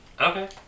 Okay